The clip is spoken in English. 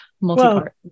Multi-part